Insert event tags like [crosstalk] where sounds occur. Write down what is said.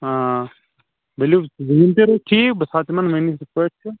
آ ؤلِو [unintelligible] تہِ روزِ ٹھیٖک بہٕ تھاو تِمن ؤنِتھ یِتھ پٲٹھۍ چُھ